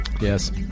Yes